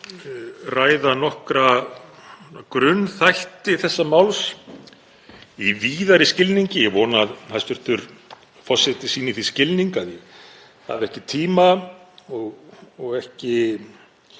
ræða nokkra grunnþætti þess í víðari skilningi. Ég vona að hæstv. forseti sýni því skilning að ég hafi ekki tíma og ekki